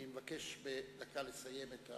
אני מבקש בדקה לסיים,